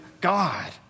God